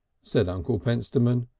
said uncle pentstemon.